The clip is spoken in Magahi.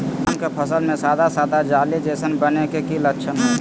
धान के फसल में सादा सादा जाली जईसन बने के कि लक्षण हय?